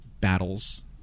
battles